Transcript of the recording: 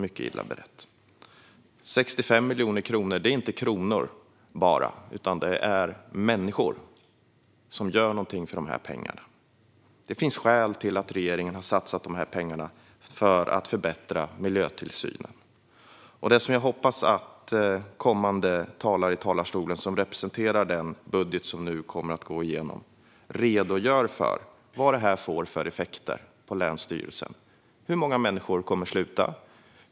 De 65 miljonerna är inte bara kronor, utan det är människor som gör någonting för de pengarna. Det finns skäl till att regeringen satsat de pengarna för att förbättra miljötillsynen. Jag hoppas att kommande talare som representerar den budget som nu kommer att gå igenom redogör för vad det får för effekter på länsstyrelsen. Hur många människor kommer att sluta?